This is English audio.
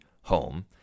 home